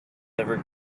every